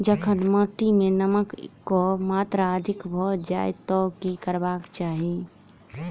जखन माटि मे नमक कऽ मात्रा अधिक भऽ जाय तऽ की करबाक चाहि?